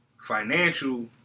financial